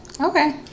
Okay